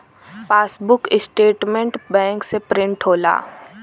passbook statement bank से print होला